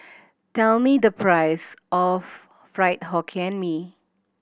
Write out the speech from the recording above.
tell me the price of Fried Hokkien Mee